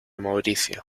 mauricio